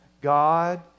God